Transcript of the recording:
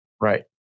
Right